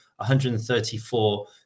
134